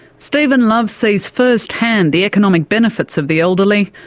stephen love sees first-hand the economic benefits of the elderly,